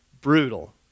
brutal